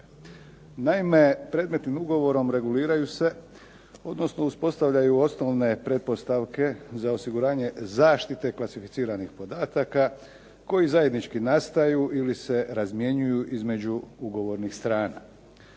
Naime, predmetnim ugovorom reguliraju se odnosno uspostavljaju osnovne pretpostavke za osiguranje zaštite klasificiranih podataka koje zajednički nastaju ili se razmjenjuju između ugovornih strana.